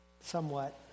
Somewhat